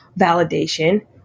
validation